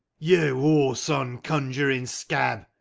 you whoreson conjuring scab,